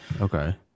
okay